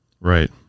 Right